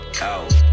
out